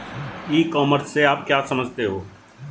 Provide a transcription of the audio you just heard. ई commerce से आप क्या समझते हो?